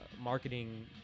marketing